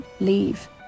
leave